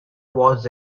was